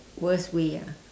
worst way ah